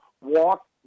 Walk